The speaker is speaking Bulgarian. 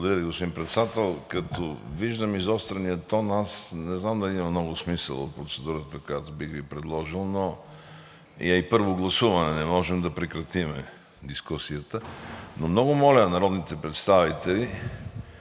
Благодаря Ви, господин Председател. Като виждам изострения тон, аз не знам дали има много смисъл от процедурата, която бих Ви предложил, но е първо гласуване, не можем да прекратим дискусията. Но много моля народните представители